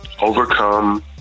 overcome